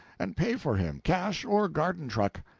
and pay for him cash or garden-truck.